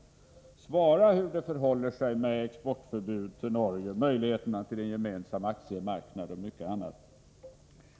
Svara därför på frågorna hur det förhåller sig med exportförbud till Norge, med möjligheterna till gemensam aktiemarknad och mycket annat!